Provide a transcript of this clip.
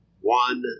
One